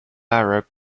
arab